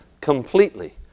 completely